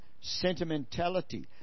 sentimentality